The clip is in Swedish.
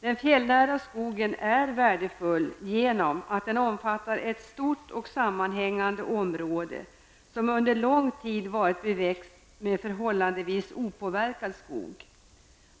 Den fjällnära skogen är värdefull genom att den omfattar ett stort och sammanhängande område som under lång tid varit beväxt med förhållandevis opåverkad skog.